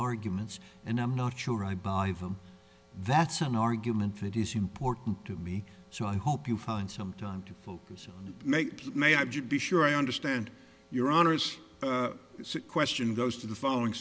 arguments and i'm not sure i buy them that's an argument that is important to me so i hope you find some time to focus and make may i be sure i understand your honour's it's a question goes to the following